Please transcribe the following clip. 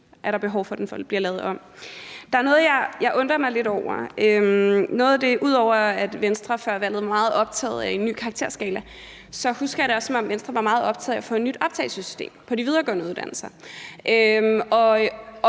Der er noget, jeg undrer mig lidt over. Ud over at Venstre før valget var meget optaget af en ny karakterskala, husker jeg det også, som om Venstre var meget optaget af at få et nyt optagelsessystem på de videregående uddannelser,